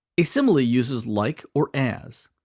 a simile uses like or as.